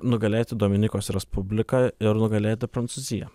nugalėti dominikos respubliką ir nugalėti prancūziją